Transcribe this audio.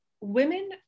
women